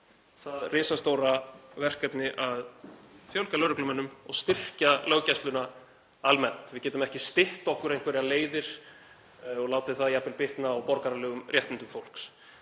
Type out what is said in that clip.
það risastóra verkefni að fjölga lögreglumönnum og styrkja löggæsluna almennt. Við getum ekki stytt okkur einhverjar leiðir og látið það jafnvel bitna á borgaralegum réttindum fólks.